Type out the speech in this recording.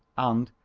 and,